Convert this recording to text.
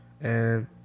And-